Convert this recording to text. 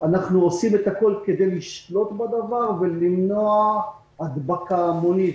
אנחנו עושים הכול כדי לשלוט בדבר ולמנוע הדבקה המונית.